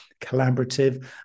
collaborative